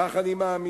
כך אני מאמין,